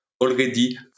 already